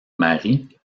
mari